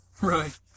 Right